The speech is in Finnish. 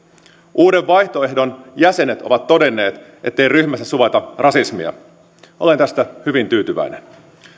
uuden vaihtoehdon jäsenet ovat todenneet ettei ryhmässä suvaita rasismia olen tästä hyvin tyytyväinen